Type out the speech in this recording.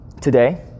today